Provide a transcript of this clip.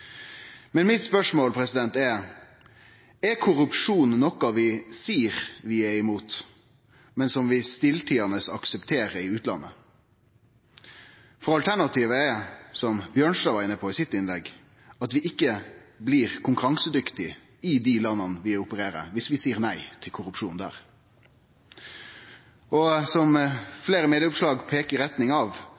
Mitt spørsmål er: Er korrupsjon noko vi seier vi er imot, men som vi stillteiande aksepterer i utlandet? Alternativet er, som representanten Bjørnstad var inne på i sitt innlegg, at vi ikkje blir konkurransedyktige i dei landa vi opererer i, om vi seier nei til korrupsjon der. Og som fleire medieoppslag peikar i retning av,